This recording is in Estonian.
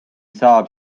saab